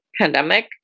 pandemic